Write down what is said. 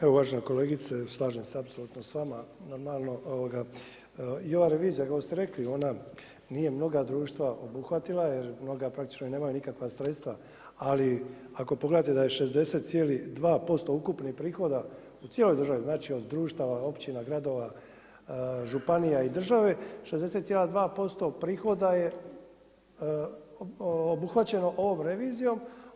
Evo, uvažena kolegice slažem se apsolutno s vama, da malo, ovoga, i ova revizija koja ste rekli, ona nije mnoga društva obuhvatila, jer mnoga praktično i nemaju nikakva sredstva, ali ako pogledate da je 60,2% ukupnog prihoda u cijeloj državi, znači od društava općina, gradova, županija i države 60,2% prihoda je obuhvaćeno ovom revizijom.